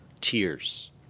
tears